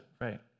right